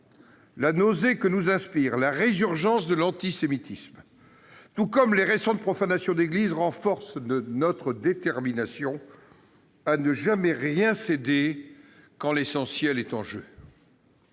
La nausée que nous inspire la résurgence de l'antisémitisme, tout comme les récentes profanations d'églises, renforce notre détermination à ne jamais rien céder quand l'essentiel est en jeu.